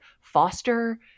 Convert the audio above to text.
foster